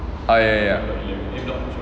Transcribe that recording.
ah ya ya ya